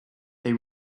they